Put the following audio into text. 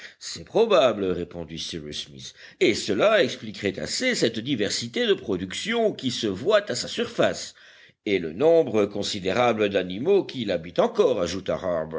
c'est probable répondit cyrus smith et cela expliquerait assez cette diversité de productions qui se voit à sa surface et le nombre considérable d'animaux qui l'habitent encore ajouta